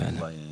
זה מאוד בעייתי.